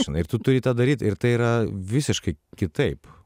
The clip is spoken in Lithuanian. žinai ir tu turi tą daryt ir tai yra visiškai kitaip